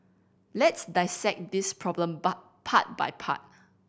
let's dissect this problem part by part